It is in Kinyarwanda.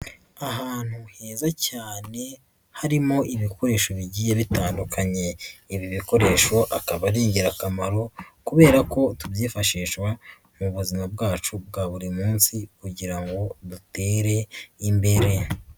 Ahantu heza cyane, harimo ibikoresho bigiye bitandukanye, ibi bikoresho akaba ari ingirakamaro kubera ko tubyifashishwa mu buzima bwacu bwa buri munsi kugira ngo dutere imbere.